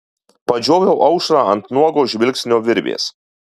padžioviau aušrą ant nuogo žvilgsnio virvės